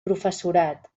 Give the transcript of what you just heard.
professorat